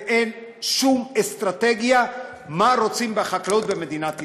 ואין שום אסטרטגיה מה רוצים בחקלאות במדינת ישראל.